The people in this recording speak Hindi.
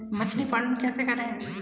मछली पालन कैसे करें?